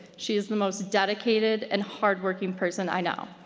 she is the most dedicated and hardworking person i know.